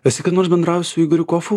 esi kada nors bendravęs su igoriu kofu